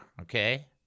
okay